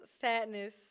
sadness